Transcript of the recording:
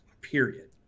period